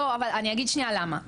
לא, אבל אני אגיד שנייה למה.